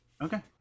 Okay